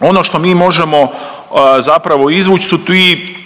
ono što mi možemo su izvuć su ti